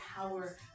power